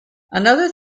another